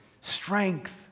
strength